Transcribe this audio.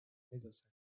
middlesex